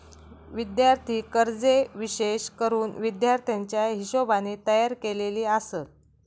विद्यार्थी कर्जे विशेष करून विद्यार्थ्याच्या हिशोबाने तयार केलेली आसत